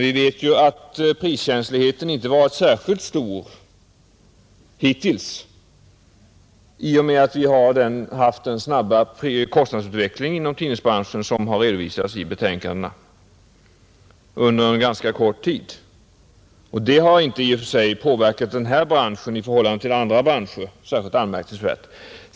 Vi vet dock att priskänsligheten inte har varit särskilt stor hittills i och med att vi under en ganska kort tid har haft den snabba kostnadsutveckling inom tidningsbranschen som har redovisats i betänkandena, Denna kostnadsutveckling har i och för sig inte påverkat denna bransch i förhållande till andra branscher särskilt anmärkningsvärt.